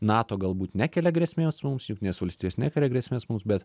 nato galbūt nekelia grėsmės mums jungtinės valstijos nekelia grėsmės mums bet